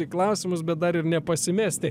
į klausimus bet dar ir nepasimesti